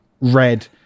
red